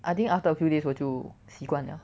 I think after a few days 我就习惯了